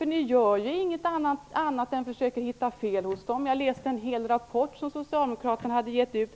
Ni gör ingenting annat än att försöka hitta fel hos dessa skolor. Jag har läst en hel rapport som Socialdemokraterna har gett ut.